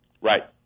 Right